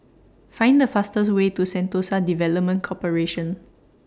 Find The fastest Way to Sentosa Development Corporation